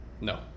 No